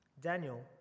Daniel